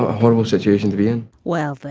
horrible situation to be in well, then